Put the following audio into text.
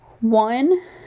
one